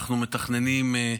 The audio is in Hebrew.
אנחנו מתכננים,